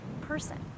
person